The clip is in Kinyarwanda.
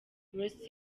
ross